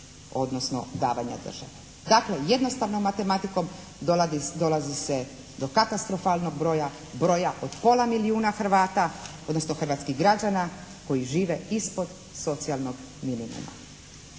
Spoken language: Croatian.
odnosno davanja države. Dakle jednostavno matematikom dolazi se do katastrofalnog broja, broja od pola milijuna Hrvata, odnosno hrvatskih građana koji žive ispod socijalnog minimuma.